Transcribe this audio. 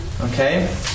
Okay